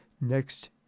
next